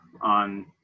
on